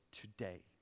today